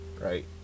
Right